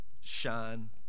Shine